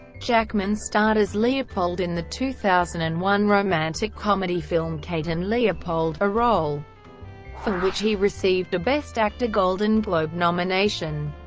jackman starred as leopold in the two thousand and one romantic comedy film kate and leopold, a role for which he received a best actor golden globe nomination.